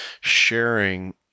sharing